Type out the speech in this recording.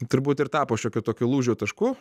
turbūt ir tapo šiokiu tokiu lūžio tašku